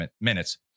minutes